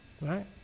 right